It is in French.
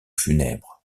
funèbre